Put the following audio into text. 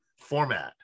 format